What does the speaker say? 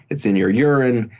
it's in your urine.